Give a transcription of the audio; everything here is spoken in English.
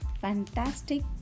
Fantastic